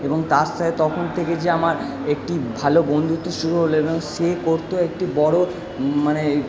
এবং তার সাথে তখন থেকে যে আমার একটি ভালো বন্ধুত্ব শুরু হল এবং সে করতো একটি বড়ো মানে